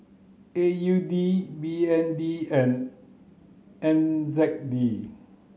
A U D B N D and N Z D